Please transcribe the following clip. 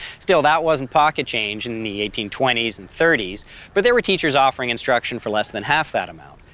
still, that wasn't pocket change in the eighteen twenty s and thirty but there were teachers offering instruction for less than half that amount.